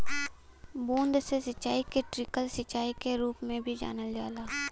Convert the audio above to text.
बूंद से सिंचाई के ट्रिकल सिंचाई के रूप में भी जानल जाला